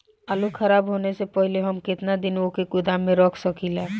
आलूखराब होने से पहले हम केतना दिन वोके गोदाम में रख सकिला?